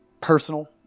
personal